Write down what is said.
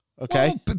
Okay